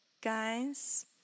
guys